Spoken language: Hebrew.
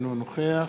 אינו נוכח